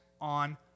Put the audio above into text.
on